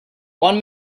one